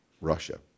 Russia